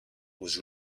was